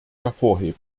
hervorheben